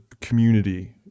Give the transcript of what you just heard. community